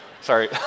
sorry